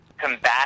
combat